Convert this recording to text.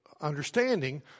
understanding